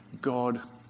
God